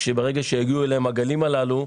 ברגע שיגיעו אליהם הגלים הללו,